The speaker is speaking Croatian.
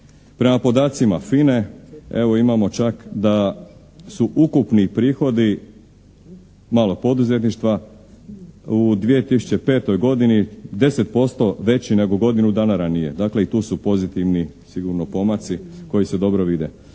Prema podacima FINA-e evo imamo čak da su ukupni prihodi malog poduzetništva u 2005. godini 10% veći nego godinu dana ranije, dakle i tu su pozitivni sigurno pomaci koji se dobro vide.